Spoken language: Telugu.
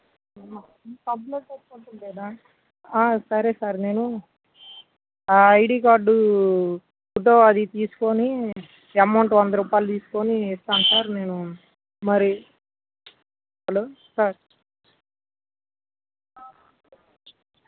సరే సార్ నేను ఐడి కార్డు ఫోటో అదీ తీసుకోని ఎమౌంట్ వంద రూపాయలు తీసుకోని వస్తాను సార్ మరి హలో సార్